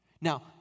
Now